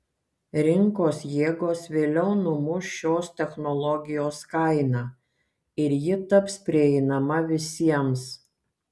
rinkos jėgos vėliau numuš šios technologijos kainą ir ji taps prieinama visiems